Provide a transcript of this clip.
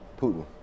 Putin